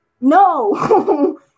no